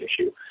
issue